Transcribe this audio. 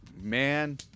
man